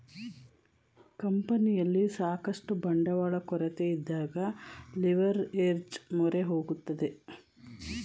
ಕಂಪನಿಯಲ್ಲಿ ಸಾಕಷ್ಟು ಬಂಡವಾಳ ಕೊರತೆಯಿದ್ದಾಗ ಲಿವರ್ಏಜ್ ಮೊರೆ ಹೋಗುತ್ತದೆ